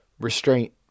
restraint